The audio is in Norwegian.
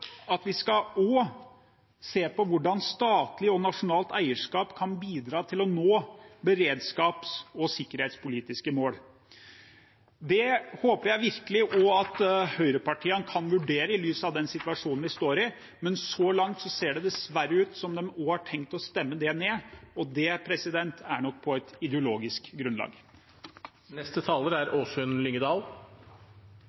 at vi også skal se på hvordan statlig og nasjonalt eierskap kan bidra til å nå beredskaps- og sikkerhetspolitiske mål. Det håper jeg virkelig også høyrepartiene kan vurdere, i lys av den situasjonen vi står i, men så langt ser det dessverre ut til at de har tenkt å stemme også det ned, og det er nok på et ideologisk grunnlag. Arbeiderpartiet er